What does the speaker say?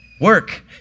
Work